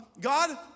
God